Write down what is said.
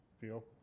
feel